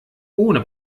ohne